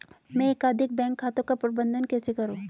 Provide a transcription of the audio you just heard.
मैं एकाधिक बैंक खातों का प्रबंधन कैसे करूँ?